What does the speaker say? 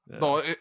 No